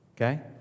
Okay